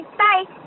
bye